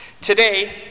Today